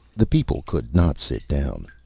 the people could not sit down.